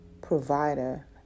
provider